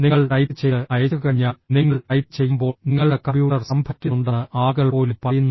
നിങ്ങൾ ടൈപ്പ് ചെയ്ത് അയച്ചുകഴിഞ്ഞാൽ നിങ്ങൾ ടൈപ്പ് ചെയ്യുമ്പോൾ നിങ്ങളുടെ കമ്പ്യൂട്ടർ സംഭരിക്കുന്നുണ്ടെന്ന് ആളുകൾ പോലും പറയുന്നു